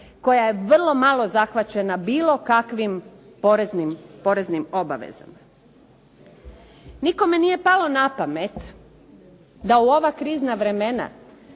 koja je vrlo malo zahvaćena bilo kakvim poreznim obavezama. Nikome nije palo na pamet da u ova krizna vremena